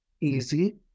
easy